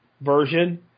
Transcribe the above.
version